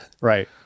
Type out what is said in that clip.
Right